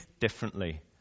differently